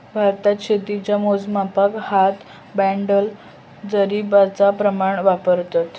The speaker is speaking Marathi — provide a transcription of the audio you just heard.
भारतात शेतीच्या मोजमापाक हात, बंडल, जरीबचा प्रमाण वापरतत